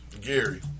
Gary